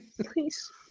please